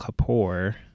Kapoor